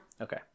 Okay